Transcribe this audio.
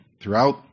throughout